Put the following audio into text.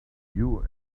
you